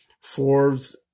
Forbes